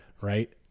right